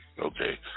Okay